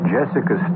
Jessica